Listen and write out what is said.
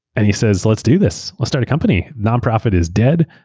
and he says let's do this. let's start a company. nonprofit is dead.